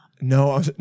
No